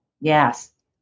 yes